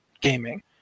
gaming